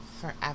forever